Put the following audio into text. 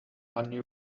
maneuver